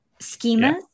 schemas